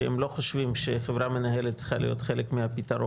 שהם לא חושבים שחברה מנהלת צריכה להיות חלק מהפתרון,